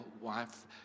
wife